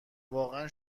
واقعا